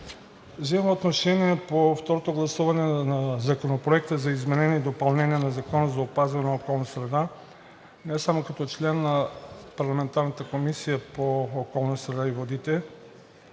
Вземам отношение по второто гласуване на Законопроекта за изменение и допълнение на Закона за опазване на околната среда не само като член на парламентарната Комисия по околната среда и водите,